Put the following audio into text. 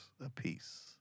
apiece